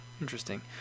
interesting